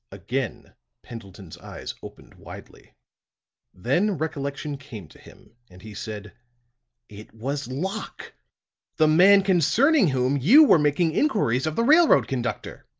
again pendleton's eyes opened widely then recollection came to him and he said it was locke the man concerning whom you were making inquiries of the railroad conductor!